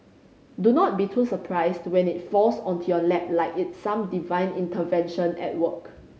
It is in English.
do not be too surprised when it falls onto your lap like it's some divine intervention at work